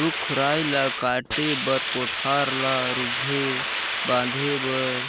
रूख राई ल काटे बर, कोठार ल रूधे बांधे बर